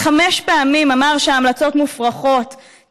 חמש פעמים אמר שההמלצות מופרכות,